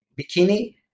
bikini